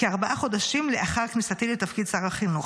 כארבעה חודשים לאחר כניסתי לתפקיד שר החינוך.